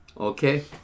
Okay